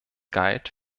galt